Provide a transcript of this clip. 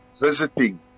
visiting